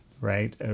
right